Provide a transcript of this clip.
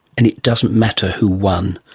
and it doesn't matter who won.